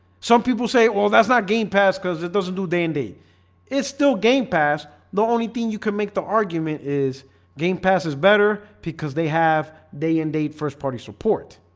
some people say well that's not game pass because it doesn't do day in day. it's still game pass the only thing you can make the argument is game passes better because they have day and date first party support